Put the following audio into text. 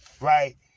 right